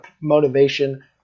motivation